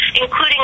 including